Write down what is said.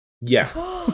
Yes